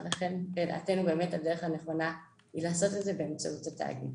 ולכן לדעתנו הדרך הנכונה היא לעשות את זה באמצעות התאגיד.